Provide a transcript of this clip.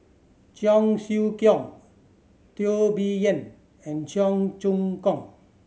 Cheong Siew Keong Teo Bee Yen and Cheong Choong Kong